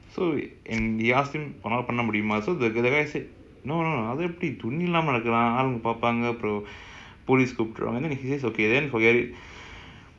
the most he will be like you know what kind of experiment is that you know I feel its very pale and I feel it's very powerful you know and if we want to understand that okay I'm not gonna